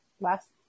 last